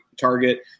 target